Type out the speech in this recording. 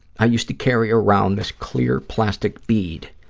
i used to carry around this clear plastic bead.